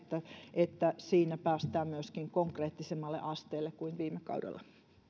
että siinä päästään myöskin konkreettisemmalle asteelle kuin viime kaudella